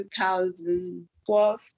2012